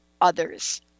others